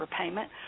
repayment